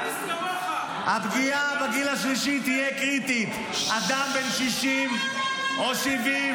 אני לא פופוליסט כמוך --- אתה בכלל לא יודע על מה אתה מצביע.